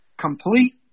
complete